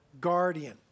guardian